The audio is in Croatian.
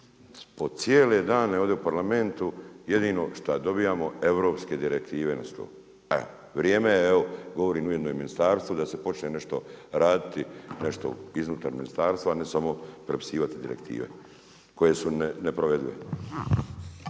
Po cijele dane ovdje u Parlamentu jedino šta dobijamo europske direktive na stol. Vrijeme je evo govorim ujedno i ministarstvu da se počne nešto raditi nešto iznutar ministarstva, a ne samo prepisivati direktive koje su neprovedive.